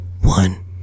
One